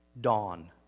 dawn